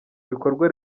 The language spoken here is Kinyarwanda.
ibikorwa